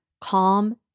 calm